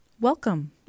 Welcome